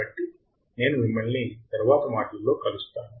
కాబట్టి నేను మిమ్మల్ని తరువాతి మాడ్యూల్లో కలుస్తాను